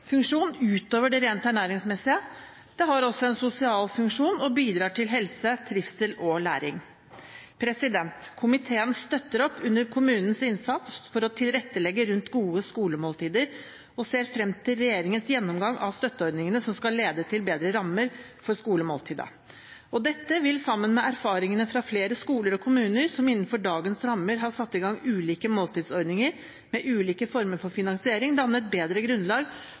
utover det rent ernæringsmessige, det har også en sosial funksjon og bidrar til helse, trivsel og læring. Komiteen støtter opp under kommunenes innsats for å tilrettelegge rundt gode skolemåltider og ser frem til regjeringens gjennomgang av støtteordningene som skal lede til bedre rammer for skolemåltidet. Dette vil, sammen med erfaringene fra flere skoler og kommuner som innenfor dagens rammer har satt i gang ulike måltidsordninger, med ulike former for finansiering, danne et bedre grunnlag